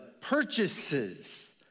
purchases